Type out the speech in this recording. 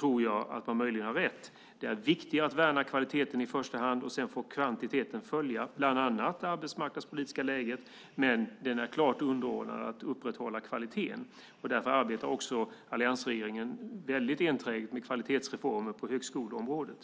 tror jag att man möjligen har rätt. Det är viktigare att värna kvaliteten i första hand. Sedan får kvantiteten följa bland annat det arbetsmarknadspolitiska läget. Men kvantiteten är klart underordnad upprätthållandet av kvaliteten. Därför arbetar också alliansregeringen enträget med kvalitetsreformer på högskoleområdet.